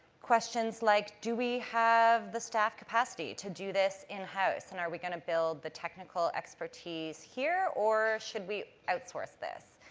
questions like, do we have the staff capacity to do this in-house and are we going to build the technical expertise here or should we outsource this?